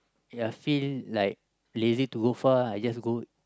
ya feel like lazy to go far I just go